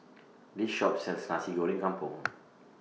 This Shop sells Nasi Goreng Kampung